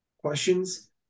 questions